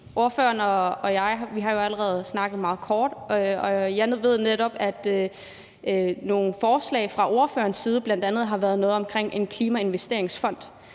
Ordføreren og jeg har jo allerede snakket meget kort, og jeg ved netop, at nogle forslag fra ordførerens side bl.a. har været noget omkring en klimainvesteringsfond.